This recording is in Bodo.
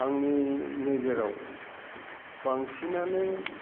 आंनि नोजोराव बांसिनानो